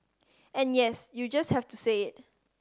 and yes you just have to say it